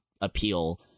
appeal